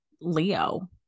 Leo